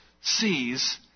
sees